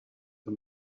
the